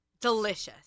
Delicious